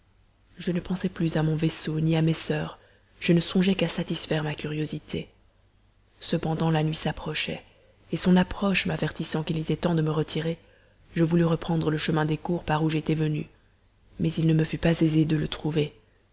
je ne pensais plus à mon vaisseau ni à mes soeurs je ne songeais qu'à satisfaire ma curiosité cependant la nuit s'approchait et son approche m'avertissant qu'il était temps de me retirer je voulus reprendre le chemin des cours par où j'étais venue mais il ne me fut pas aisé de le trouver